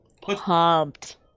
Pumped